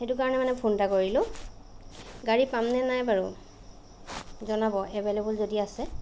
সেইটো কাৰণে মানে ফোন এটা কৰিলোঁ গাড়ী পামনে নাই বাৰু জনাব এভেইলেবুল যদি আছে